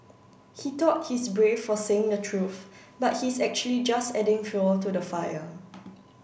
he thought he's brave for saying the truth but he's actually just adding fuel to the fire